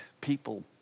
people